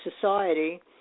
society